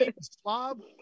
Slob